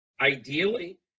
Ideally